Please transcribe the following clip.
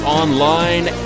online